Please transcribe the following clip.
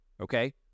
okay